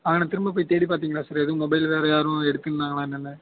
அங்கனே திரும்ப போய் தேடி பார்த்திங்களா சார் ஏதும் மொபைல் வேறு யாரும் எடுத்திருந்தாங்களானு என்னனு